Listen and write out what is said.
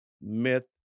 myth